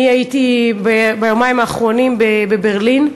אני הייתי ביומיים האחרונים בברלין,